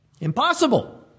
Impossible